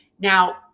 Now